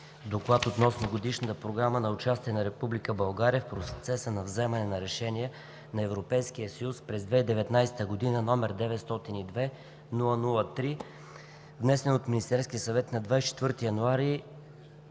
и обсъди Годишната програма за участие на Република България в процеса на вземане на решения на Европейския съюз през 2019 г., № 902-00-3, внесена от Министерския съвет на 24 януари